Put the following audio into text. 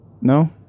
No